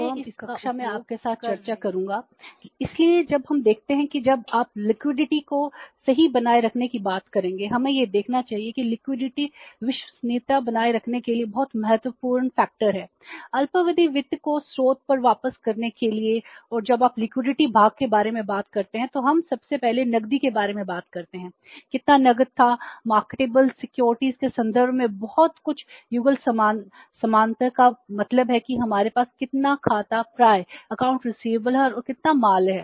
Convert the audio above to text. मैं इस कक्षा में आपके साथ चर्चा करूँगा इसलिए जब हम देखते हैं कि जब आप लिक्विडिटी है और कितना माल है